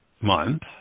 month